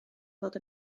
fod